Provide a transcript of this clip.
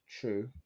true